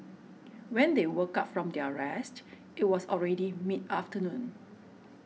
when they woke up from their rest it was already mid afternoon